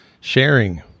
sharing